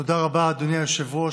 תודה רבה, אדוני היושב-ראש.